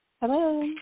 Hello